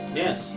yes